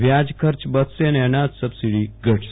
વ્યાજખર્ચ બચશે અને અનાજ સબસિડી ઘટશે